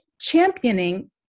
championing